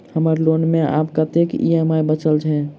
हम्मर लोन मे आब कैत ई.एम.आई बचल ह?